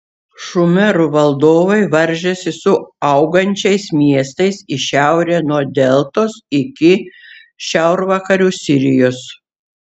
šumerų valdovai varžėsi su augančiais miestais į šiaurę nuo deltos iki šiaurvakarių sirijos